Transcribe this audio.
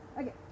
Okay